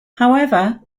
however